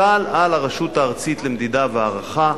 הוטל על הרשות הארצית למדידה והערכה,